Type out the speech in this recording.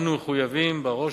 אנו מחויבים בראש